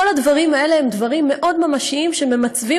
כל הדברים האלה הם דברים מאוד ממשיים שממצבים